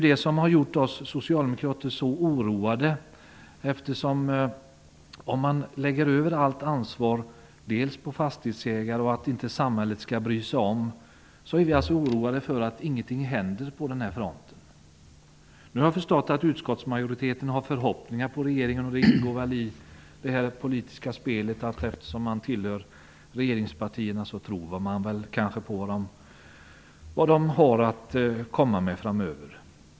Detta har gjort oss socialdemokrater oroade. För om man lägger över allt ansvar på fastighetsägarna och menar att samhället inte skall bry sig om detta, oroar vi oss alltså för att ingenting kommer att ske på den här fronten. Nu har jag förstått att utskottsmajoriteten har förhoppningar på regeringen. Det ingår väl i det politiska spelet: Tillhör man regeringspartierna tror man kanske på dem och på vad de har att komma med framöver.